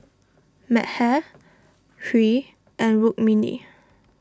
Medha Hri and Rukmini